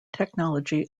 technology